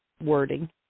wording